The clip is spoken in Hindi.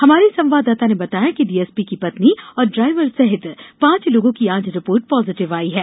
हमारे संवाददाता ने बताया है कि डीएसपी की पत्नी और ड्राइवर सहित पांच लोगों की आज रिपोर्ट पॉजिटिव आई है